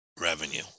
revenue